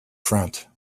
front